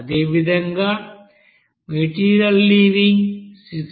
అదేవిధంగా material leaving 68